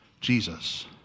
Jesus